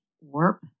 warp